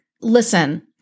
listen